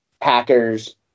Packers